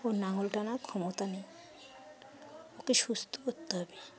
ওর লাঙল টানার ক্ষমতা নেই ওকে সুস্থ করতে হবে